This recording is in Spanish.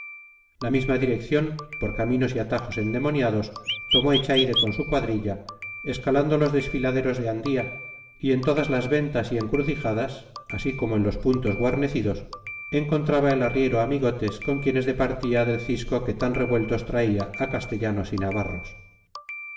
la misma dirección por caminos y atajos endemoniados tomó echaide con su cuadrilla escalando los desfiladeros de andía y en todas las ventas y encrucijadas así como en los puntos guarnecidos encontraba el arriero amigotes con quienes departía del cisco que tan revueltos traía a castellanos y navarros